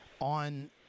on